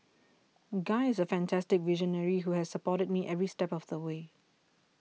guy is a fantastic visionary who has supported me every step of the way